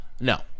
No